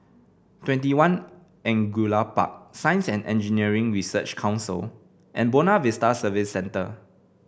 TwentyOne Angullia Park Science And Engineering Research Council and Buona Vista Service Centre